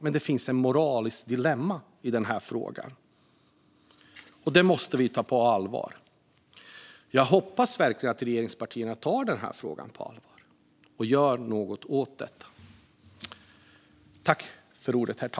Men det finns ett moraliskt dilemma i frågan. Det måste vi ta på allvar. Jag hoppas verkligen att regeringspartierna tar frågan på allvar och gör något åt detta.